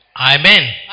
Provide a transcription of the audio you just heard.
Amen